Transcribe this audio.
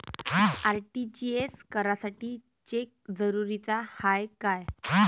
RTGS करासाठी cheque जरुरीचा हाय काय?